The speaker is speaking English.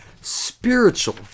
spiritual